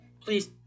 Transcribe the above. please